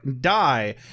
die